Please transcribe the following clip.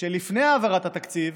לפני העברת התקציב,